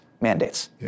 mandates